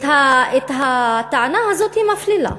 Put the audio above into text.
והטענה הזאת מפלילה,